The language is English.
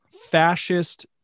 fascist